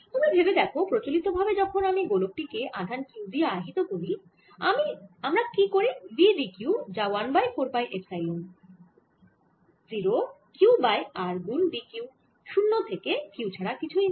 তোমরা ভেবে দেখো প্রচলিতভাবে যখন আমি গোলক টি কে আধান q দিয়ে আহিত করি আমরা করি v d q যা 1 by 4 pi epsilon q by r গুন d q 0 থেকে Q ছাড়া কিছুই না